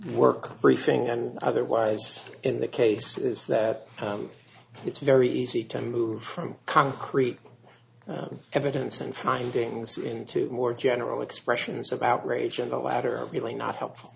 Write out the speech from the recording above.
work briefing and otherwise in the case is that it's very easy to move from concrete evidence and findings into more general expressions of outrage and the latter really not helpful